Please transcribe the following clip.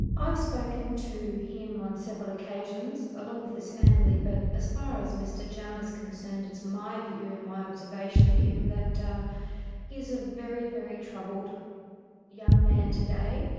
i've spoken to him on several occasions along with his family. but as far as mr jama's concerned, it's my view, in my observation of him, that he's a very, very troubled young man today.